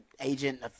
agent